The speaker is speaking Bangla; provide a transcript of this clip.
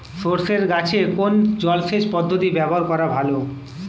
সরষে গাছে কোন জলসেচ পদ্ধতি ব্যবহার করা ভালো?